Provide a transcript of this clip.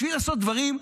בשביל לעשות דברים,